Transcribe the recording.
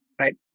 right